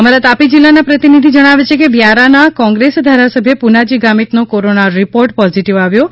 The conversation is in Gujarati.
અમારા તાપી જિલ્લાના પ્રતિનિધિ જણાવે છે કે વ્યારાના કોંગ્રેસ ધારાસભ્ય પુનાજી ગામિતનો કોરોના રિપોર્ટ પોઝીટીવ આવ્યો છે